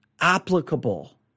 applicable